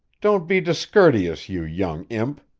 don't be discourteous, you young imp!